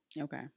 Okay